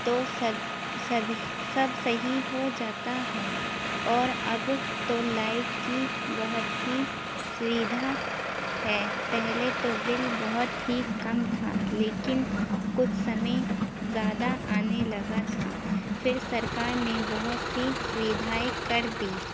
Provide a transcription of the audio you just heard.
تو سب سب صحیح ہو جاتا ہے اور اب تو لائٹ کی بہت ہی سویدھا ہے پہلے تو بل بہت ہی کم تھا لیکن کچھ سمے زیادہ آنے لگا تھا پھر سرکار نے بہت سی سویدھائیں کر دی